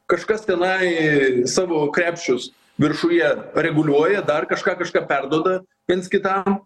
kažkas tenai savo krepšius viršuje pareguliuoja dar kažką kažką perduoda viens kitam